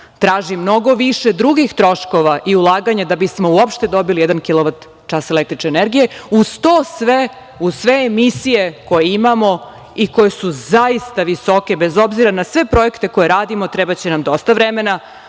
traži mnogo više drugih troškova, i ulaganja da bismo uopšte dobili jedan kilovat čas električne energije, uz to sve i uz sve emisije, koje imamo i koje su zaista visoke, bez obzira na sve projekte koje radimo, trebaće nam dosta vremena,